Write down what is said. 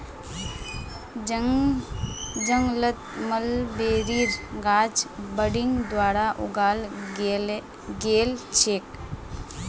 जंगलत मलबेरीर गाछ बडिंग द्वारा उगाल गेल छेक